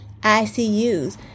ICUs